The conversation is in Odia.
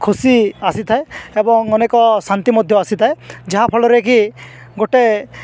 ଖୁସି ଆସି ଥାଏ ଏବଂ ଅନେକ ଶାନ୍ତି ମଧ୍ୟ ଆସି ଥାଏ ଯାହାଫଳରେ କି ଗୋଟେ